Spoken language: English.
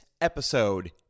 episode